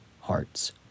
hearts